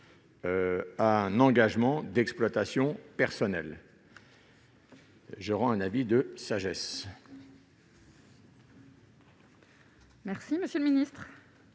à un engagement d'exploitation personnelle. J'émets donc un avis de sagesse.